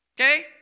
Okay